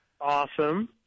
Awesome